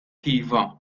iva